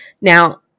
Now